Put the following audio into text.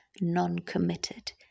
non-committed